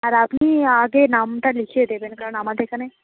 আর আপনি আগে নামটা লিখিয়ে দেবেন কারণ আমাদের এখানে